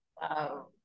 Wow